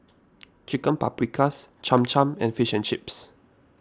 Chicken Paprikas Cham Cham and Fish and Chips